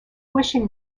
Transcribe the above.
wishing